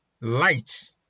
light